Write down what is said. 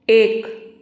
एक